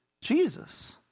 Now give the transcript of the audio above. Jesus